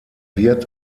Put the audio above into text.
wird